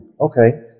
okay